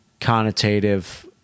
connotative